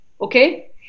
Okay